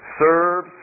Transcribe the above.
serve